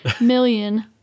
million